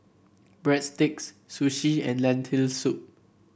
Breadsticks Sushi and Lentil Soup